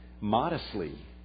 modestly